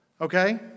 okay